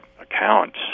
accounts